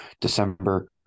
December